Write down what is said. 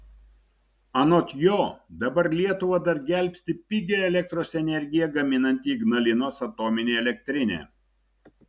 anot jo dabar lietuvą dar gelbsti pigią elektros energiją gaminanti ignalinos atominė elektrinė